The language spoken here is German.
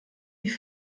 die